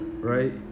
Right